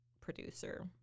producer